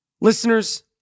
listeners